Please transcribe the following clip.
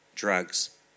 drugs